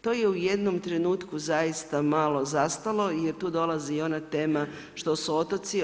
To je u jednom trenutku zaista malo zastalo, jer tu dolazi i ona tema što su otoci.